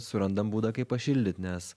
surandam būdą kaip pašildyt nes